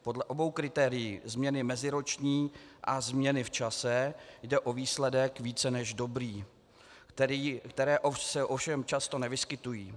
Podle obou kritérií, změny meziroční a změny v čase, jde o výsledek více než dobrý, které se ovšem často nevyskytují.